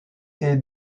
est